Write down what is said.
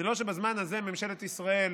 זה לא שבזמן הזה ממשלת ישראל